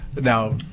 now